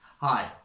Hi